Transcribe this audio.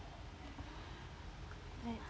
!hey!